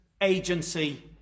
agency